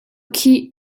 khih